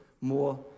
more